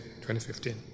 2015